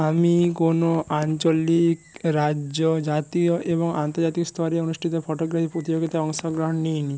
আমি কোনো আঞ্চলিক রাজ্য জাতীয় এবং আন্তর্জাতিক স্তরে অনুষ্ঠিত ফটোগ্রাফি প্রতিযোগিতায় অংশগ্রহণ নিইনি